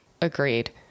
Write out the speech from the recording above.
Agreed